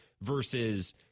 versus